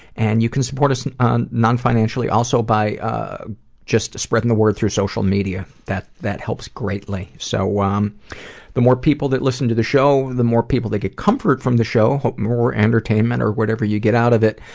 and you can support us and um non-financially by by ah just spreading the word through social media. that that helps greatly. so um the more people that listen to the show, the more people that get comfort from the show, hopefully, more entertainment, or whatever you get out of it.